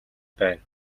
байна